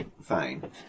Fine